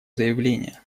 заявление